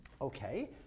okay